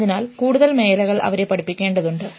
അതിനാൽ കൂടുതൽ മേഖലകൾ അവരെ പഠിപ്പിക്കേണ്ടതുണ്ട്